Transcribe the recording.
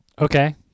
Okay